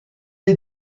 est